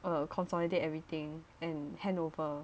uh consolidate everything and handover